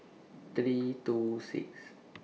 three two six